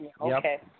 okay